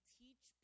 teach